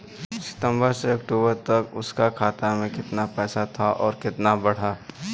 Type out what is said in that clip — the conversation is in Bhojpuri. सितंबर से अक्टूबर तक उसका खाता में कीतना पेसा था और कीतना बड़ा?